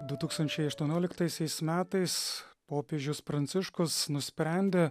du tūkstančiai aštuonioliktaisiais metais popiežius pranciškus nusprendė